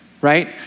right